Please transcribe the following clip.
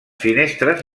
finestres